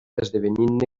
esdevenint